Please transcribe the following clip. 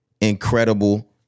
incredible